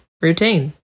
routine